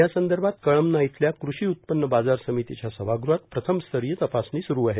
यासंदर्भात कळमना इथल्या कृषी उत्पन्न बाजार समितीच्या सभागृहात प्रथमस्तरीय तपासणी स्रु आहे